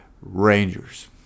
rangers